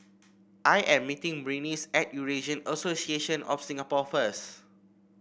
I am meeting Berenice at Eurasian Association of Singapore first